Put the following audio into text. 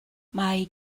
mae